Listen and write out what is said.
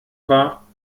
war